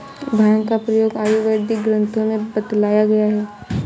भाँग का प्रयोग आयुर्वेदिक ग्रन्थों में बतलाया गया है